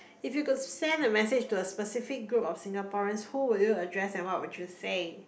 if you could send a message to a specific group of Singaporeans who would you address and what would you say